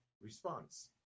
response